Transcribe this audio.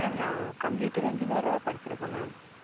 ma'am நான் computer என்ஜினியராக படித்திருக்கேன் மேம்